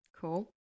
cool